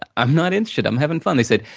i'm not interested, i'm having fun. they said,